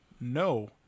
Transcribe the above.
No